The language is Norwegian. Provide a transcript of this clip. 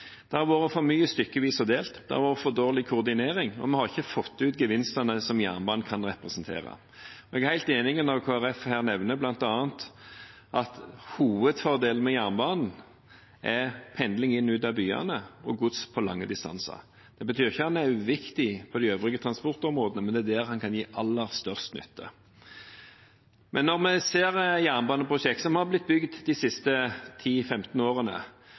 Det har vært for mye stykkevis og delt, det har vært for dårlig koordinering, og vi har ikke fått ut gevinstene som jernbanen kan representere. Jeg er helt enig når Kristelig Folkeparti her nevner bl.a. at hovedfordelen med jernbanen er pendling inn og ut av byene og gods på lange distanser. Det betyr ikke at den er uviktig på de øvrige transportområdene, men det er der den kan gi aller størst nytte. Vi ser jernbaneprosjekt som har blitt bygd de siste 10–15 årene,